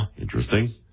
Interesting